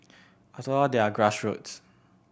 after all they are grassroots